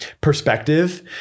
perspective